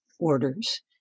Orders